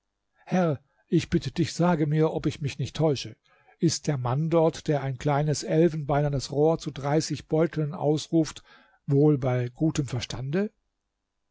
herr ich bitte dich sage mir ob ich mich nicht täusche ist der mann dort der ein kleines elfenbeinernes rohr zu dreißig beuteln ausruft wohl bei gutem verstande